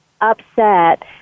upset